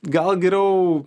gal geriau